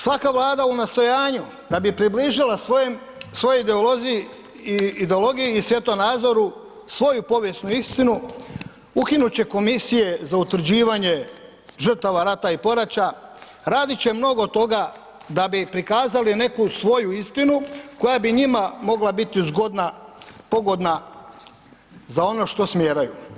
Svaka Vlada u nastojanju da bi približila svojoj ideologiji i svjetonazoru svoju povijesnu istinu ukinut će komisije za utvrđivanje žrtava rata i poraća, radit će mnogo toga da bi prikazali neku svoju istinu koja bi njima mogla biti zgodna, pogodna za ono što smjeraju.